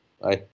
Bye